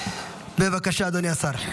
בבקשה, אדוני השר.